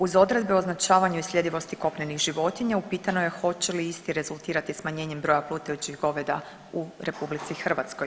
Uz odredbe o označavanju i sljedivosti kopnenih životinja upitano je hoće li isti rezultirati smanjenjem broja plutajućih goveda u RH.